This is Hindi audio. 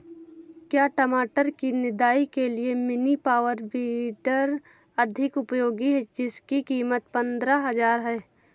क्या टमाटर की निदाई के लिए मिनी पावर वीडर अधिक उपयोगी है जिसकी कीमत पंद्रह हजार है?